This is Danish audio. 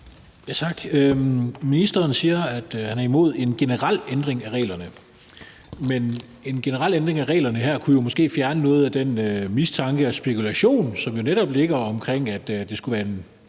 Tak. Ministeren siger, at han er imod en generel ændring af reglerne, men en generel ændring af reglerne her kunne jo måske fjerne noget af den mistanke og spekulation, der netop er omkring, at man f.eks.